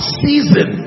season